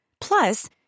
Plus